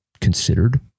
considered